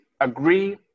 agree